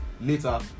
later